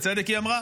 בצדק היא אמרה.